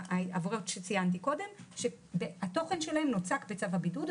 עבירות שציינתי קודם שהתוכן שלהן נוצק בצו הבידוד,